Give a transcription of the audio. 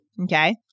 Okay